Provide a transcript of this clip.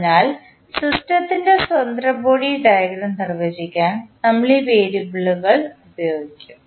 അതിനാൽ സിസ്റ്റത്തിൻറെ സ്വതന്ത്ര ബോഡി ഡയഗ്രം നിർവചിക്കാൻ നമ്മൾ ഈ വേരിയബിളുകൾ ഉപയോഗിക്കും